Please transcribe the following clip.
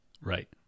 right